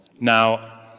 Now